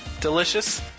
Delicious